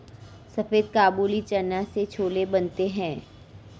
सफेद काबुली चना से छोले बनते हैं